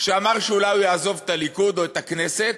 שאמר שאולי הוא יעזוב את הליכוד או את הכנסת,